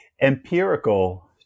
empirical